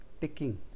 ticking